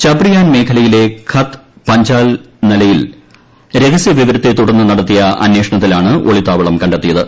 ചപ്രിയാൻ മേഖലയിലെ ഖത്ത് പഞ്ചാൽ നലയിൽ രഹസ്യവിവരത്തെ തുടർന്ന് നടത്തിയ അന്വേഷണത്തിലാണ് ഒളിത്താവളം കണ്ടെത്തിയത്